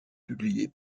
publiée